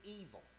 evil